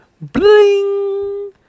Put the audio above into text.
Bling